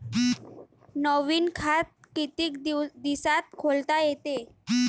नवीन खात कितीक दिसात खोलता येते?